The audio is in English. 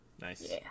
Nice